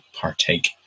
partake